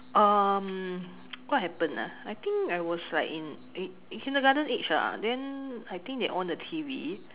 um what happened ah I think I was like in in kindergarten age ah then I think they on the T_V